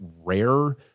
rare